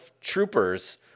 troopers